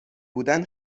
بودن